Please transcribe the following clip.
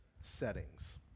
settings